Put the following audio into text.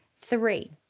Three